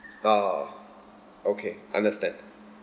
orh okay understand